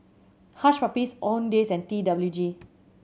Hush Puppies Owndays and T W G